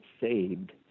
saved